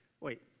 wait